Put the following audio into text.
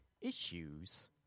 issues